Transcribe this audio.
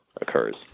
occurs